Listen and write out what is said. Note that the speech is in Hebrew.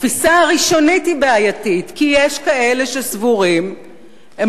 התפיסה הראשונית של אלה שסבורים כי